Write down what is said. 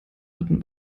hatten